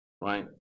right